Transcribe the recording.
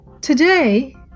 today